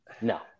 No